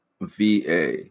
VA